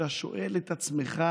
שאתה שואל את עצמך: